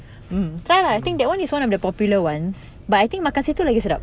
mm try lah I think that one is one of the popular ones but I think makan situ lagi sedap